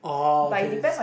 orh okay